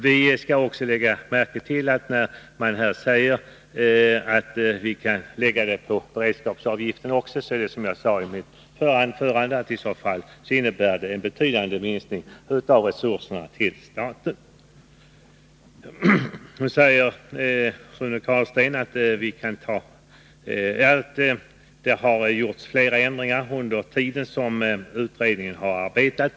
Vi skall också lägga märke till att en begränsning av energiskattehöjningen och en höjning av beredskapsavgiften skulle innebära en betydande minskning av statens resurser. Rune Carlstein säger att flera ändringar har gjorts under den tid då utredningen har arbetat.